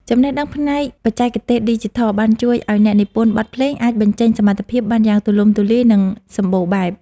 ចំណេះដឹងផ្នែកបច្ចេកទេសឌីជីថលបានជួយឱ្យអ្នកនិពន្ធបទភ្លេងអាចបញ្ចេញសមត្ថភាពបានយ៉ាងទូលំទូលាយនិងសម្បូរបែប។